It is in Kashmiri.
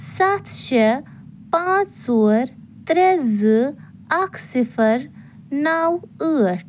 سَتھ شےٚ پانٛژھ ژور ترٛےٚ زٕ اکھ صِفر نَو ٲٹھ